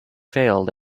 failed